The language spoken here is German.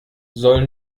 soll